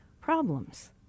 problems